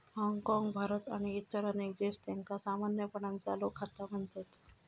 हाँगकाँग, भारत आणि इतर अनेक देश, त्यांका सामान्यपणान चालू खाता म्हणतत